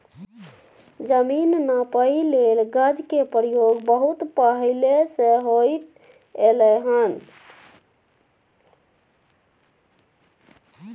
जमीन नापइ लेल गज के प्रयोग बहुत पहले से होइत एलै हन